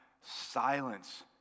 silence